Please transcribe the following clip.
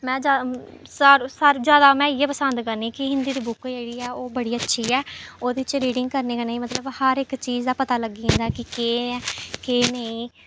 में चाह् सारू सार सारा जैदा में इ'यै पसंद करनीं कि हिंदी दी बुक जेह्ड़ी ऐ ओह् बड़ी अच्छी ऐ ओह्दे च रीडिंग करने कन्नै गै मतलब हर इक चीज दा पता लग्गी जंदा ऐ कि एह् ऐ केह् नेईं